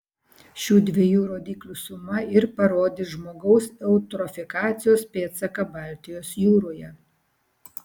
šių dviejų rodiklių suma ir parodys žmogaus eutrofikacijos pėdsaką baltijos jūroje